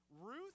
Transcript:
Ruth